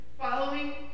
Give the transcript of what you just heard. following